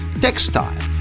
textile